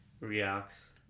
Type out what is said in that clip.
reacts